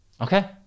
Okay